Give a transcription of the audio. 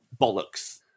Bollocks